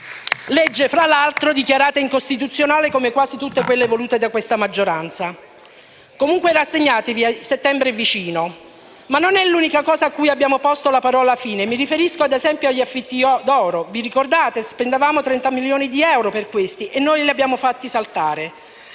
Legge, fra l'altro, dichiarata incostituzionale, come quasi tutte quelle volute da questa maggioranza. Comunque rassegnatevi: settembre è vicino. Ma non è l'unica cosa a cui abbiamo posto la parola fine. Mi riferisco - ad esempio - agli affitti d'oro. Vi ricordate? Spendevamo 30 milioni di euro per questi e noi li abbiamo fatti saltare.